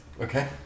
Okay